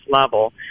level